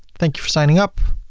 thank you for signing up.